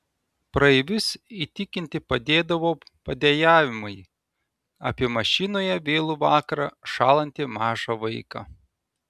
praeivius įtikinti padėdavo padejavimai apie mašinoje vėlų vakarą šąlantį mažą vaiką